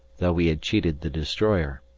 though we had cheated the destroyer.